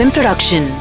Production